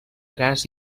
gas